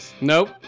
Nope